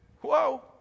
Whoa